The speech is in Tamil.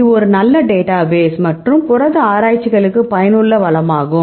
இது ஒரு நல்ல டேட்டாபேஸ் மற்றும் புரத ஆராய்ச்சிகளுக்கு பயனுள்ள வளமாகும்